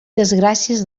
desgràcies